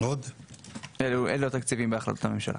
אלו התקציבים בהחלטת הממשלה.